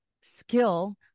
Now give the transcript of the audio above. skill